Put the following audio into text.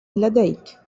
لديك